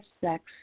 sex